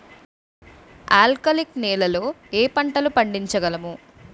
ఆల్కాలిక్ నెలలో ఏ పంటలు పండించగలము?